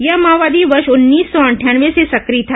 यह माओवादी वर्ष उन्नीस सौ अंठानवे से सक्रिय था